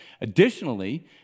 Additionally